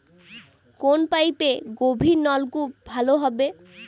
কোন পাইপে গভিরনলকুপ ভালো হবে?